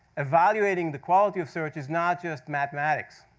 evaluating the quality of search is not just mathematics.